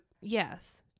yes